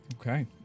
okay